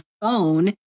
phone